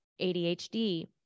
ADHD